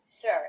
Sure